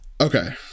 Okay